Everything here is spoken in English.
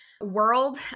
world